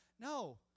No